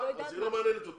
היא לא מעניינת אותי.